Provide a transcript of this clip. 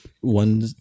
One